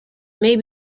may